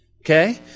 okay